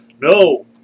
No